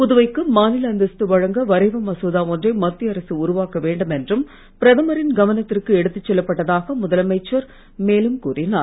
புதுவைக்கு மாநில அந்தஸ்து வழங்க வரைவு மசோதா ஒன்றை மத்திய அரசு உருவாக்க வேண்டும் என்றும் பிரதமரின் கவனத்திற்கு எடுத்துச் செல்லப்பட்டதாக முதலமைச்சர் மேலும் கூறினார்